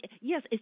yes